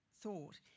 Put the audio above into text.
thought